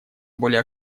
более